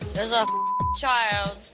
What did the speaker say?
there's a child.